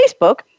Facebook